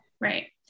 Right